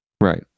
Right